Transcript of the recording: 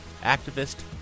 activist